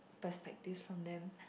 perspective from them